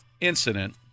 incident